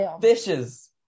Fishes